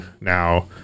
now